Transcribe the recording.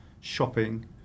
shopping